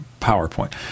PowerPoint